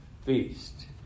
feast